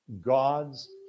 God's